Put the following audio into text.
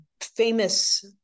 famous